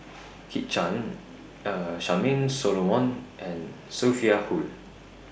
Kit Chan Charmaine Solomon and Sophia Hull